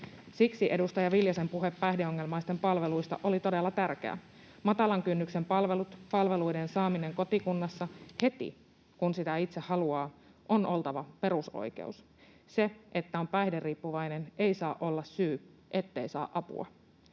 Siksi edustaja Viljasen puhe päihdeongelmaisten palveluista oli todella tärkeä. Matalan kynnyksen palvelut, palveluiden saaminen kotikunnassa heti, kun sitä itse haluaa, on oltava perusoikeus. Se, että on päihderiippuvainen, ei saa olla syy, ettei saa apua.